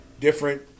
different